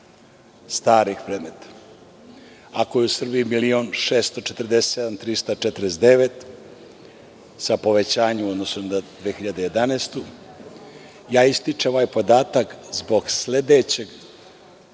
starih predmeta, ako je u Srbiji 1.647.349, sa povećanjem u odnosu na 2011. godinu, ističem ovaj podatak zbog sledećeg,